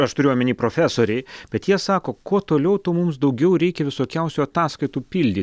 aš turiu omeny profesoriai bet jie sako kuo toliau tuo mums daugiau reikia visokiausių ataskaitų pildy